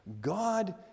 God